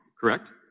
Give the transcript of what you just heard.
correct